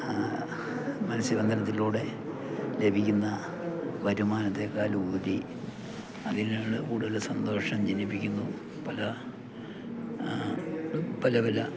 മത്സ്യബന്ധനത്തിലൂടെ ലഭിക്കുന്ന വരുമാനത്തെക്കാൾ ഉപരി അതിനാണ് കൂടുതൽ സന്തോഷം ജനിപ്പിക്കുന്നു പല പല പല